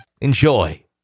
Enjoy